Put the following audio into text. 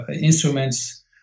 instruments